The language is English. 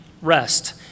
rest